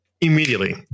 immediately